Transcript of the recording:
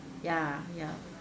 ya